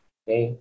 okay